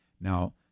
Now